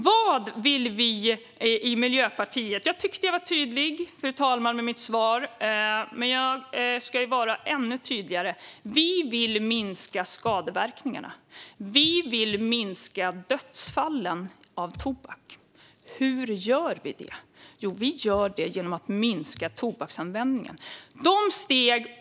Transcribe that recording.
Vad vill vi i Miljöpartiet? Jag tyckte att jag var tydlig, fru talman, i mitt svar, men jag ska vara ännu tydligare. Vi vill minska skadeverkningarna. Vi vill minska de tobaksrelaterade dödsfallen. Hur gör vi det? Jo, vi gör det genom att minska tobaksanvändningen. Fru talman!